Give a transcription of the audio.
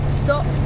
stop